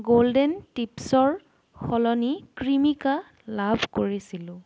golden টিপ্ছৰ সলনি ক্ৰিমিকা লাভ কৰিছিলোঁ